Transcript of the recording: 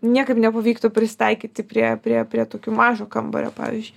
niekaip nepavyktų prisitaikyti prie prie prie tokių mažo kambario pavyzdžiui